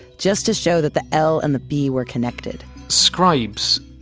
just to show that the l and the b were connected. scribes,